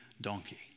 donkey